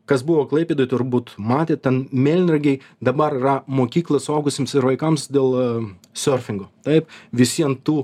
kas buvo klaipėdoj turbūt matėt ten melnragėj dabar yra mokykla suaugusiems ir vaikams dėl sorfingo taip visi an tų